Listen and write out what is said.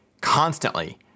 constantly